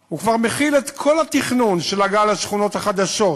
הוא כבר מכיל את כל התכנון של הגעה לשכונות החדשות,